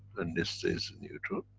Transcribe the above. and this stays neutron.